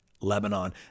Lebanon